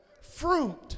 fruit